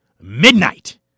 Midnight